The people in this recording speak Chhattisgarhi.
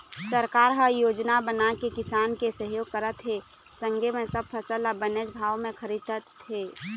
सरकार ह योजना बनाके किसान के सहयोग करत हे संगे म सब फसल ल बनेच भाव म खरीदत हे